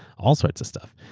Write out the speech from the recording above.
all sorts of stuff.